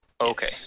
Okay